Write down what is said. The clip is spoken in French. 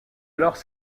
alors